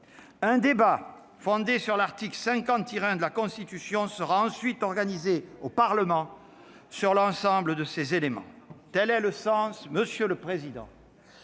Un débat fondé sur l'article 50-1 de la Constitution sera ensuite organisé au Parlement, sur l'ensemble de ces éléments. Tel est le sens, monsieur le président